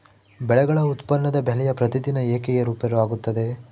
ಬೆಳೆಗಳ ಉತ್ಪನ್ನದ ಬೆಲೆಯು ಪ್ರತಿದಿನ ಏಕೆ ಏರುಪೇರು ಆಗುತ್ತದೆ?